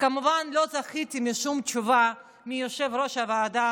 וכמובן לא זכיתי לשום תשובה מיושב-ראש הוועדה,